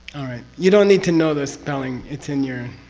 alright. you don't need to know the spelling, it's in your.